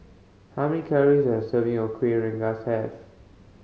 how many calories does a serving of Kueh Rengas have